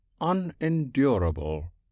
unendurable